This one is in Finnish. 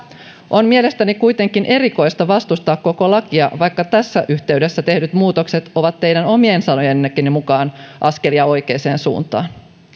on mielestäni kuitenkin erikoista vastustaa koko lakia vaikka tässä yhteydessä tehdyt muutokset ovat teidän omienkin sanojenne mukaan askelia oikeaan suuntaan